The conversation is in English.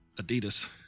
Adidas